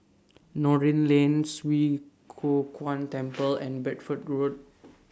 Noordin Lane Swee Kow Kuan Temple and Bedford Road